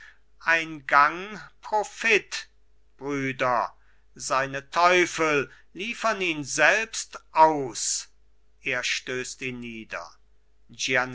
ein gang profit brüder seine teufel liefern ihn selbst aus er stößt ihn nieder